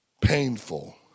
painful